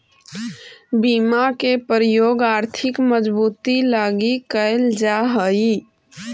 बीमा के प्रयोग आर्थिक मजबूती लगी कैल जा हई